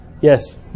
Yes